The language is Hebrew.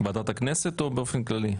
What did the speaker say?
בוועדת הכנסת או באופן כללי?